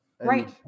Right